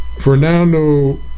Fernando